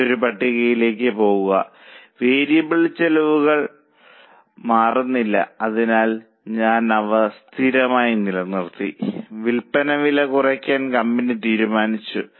മറ്റൊരു പട്ടികയിലേക്ക് പോകുക വേരിയബിൾ ചെലവുകൾ മാറുന്നില്ല അതിനാൽ ഞാൻ അവ സ്ഥിരമായി നിലനിർത്തി വിൽപ്പന വില കുറയ്ക്കാൻ കമ്പനി തീരുമാനിച്ചു